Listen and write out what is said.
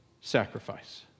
sacrifice